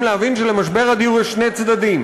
להבין שלמשבר הדיור יש שני צדדים: